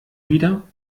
wieder